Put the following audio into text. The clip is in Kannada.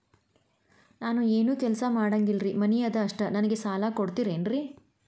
ನಾನು ಏನು ಕೆಲಸ ಮಾಡಂಗಿಲ್ರಿ ಮನಿ ಅದ ಅಷ್ಟ ನನಗೆ ಸಾಲ ಕೊಡ್ತಿರೇನ್ರಿ?